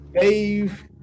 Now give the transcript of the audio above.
Dave